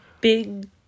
big